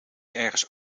ergens